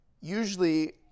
usually